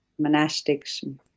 monastics